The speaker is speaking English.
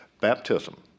Baptism